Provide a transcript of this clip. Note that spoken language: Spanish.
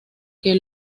que